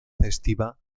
festiva